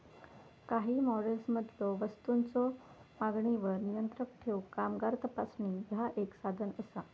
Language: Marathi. काही मॉडेल्समधलो वस्तूंच्यो मागणीवर नियंत्रण ठेवूक कामगार तपासणी ह्या एक साधन असा